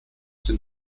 den